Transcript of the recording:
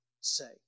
say